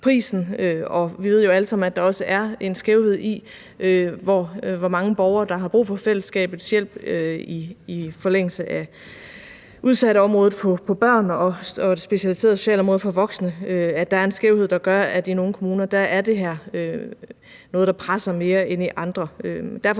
sammen, at der også er en skævhed i, hvor mange borgere der har brug for fællesskabets hjælp i forlængelse af udsatteområdet, på børneområdet og på det specialiserede socialområde for voksne, og den skævhed gør, at det i nogle kommuner er noget, der presser mere end i andre.